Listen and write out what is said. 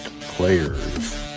Players